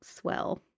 swell